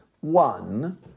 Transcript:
One